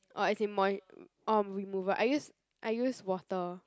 or as in moi~ orh remover I use I use water